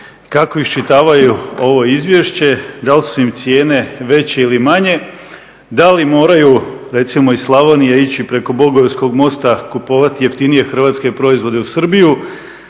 kako iščitavaju ovo izvješće da li su im cijene veće ili manje, da li moraju recimo iz Slavonije ići preko …/Govornik se ne razumije./… mosta kupovati jeftinije hrvatske proizvode u Srbiju,